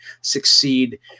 succeed